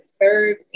third